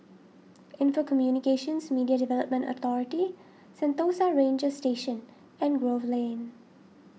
Info Communications Media Development Authority Sentosa Ranger Station and Grove Lane